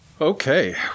Okay